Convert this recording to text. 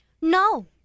No